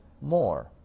more